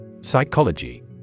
Psychology